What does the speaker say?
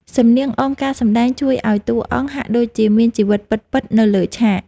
សំនៀងអមការសម្ដែងជួយឱ្យតួអង្គហាក់ដូចជាមានជីវិតពិតៗនៅលើឆាក។